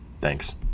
Thanks